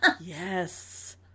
yes